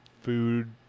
food